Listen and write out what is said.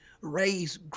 raise